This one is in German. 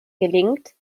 gelingt